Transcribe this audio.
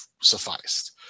sufficed